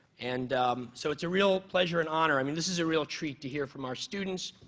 and so it's a real pleasure and honor i mean, this is a real treat to hear from our students,